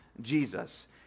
Jesus